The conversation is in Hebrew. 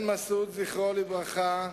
זכרו לברכה,